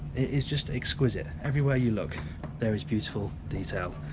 it is just exquisite, everywhere you look there is beautiful detail,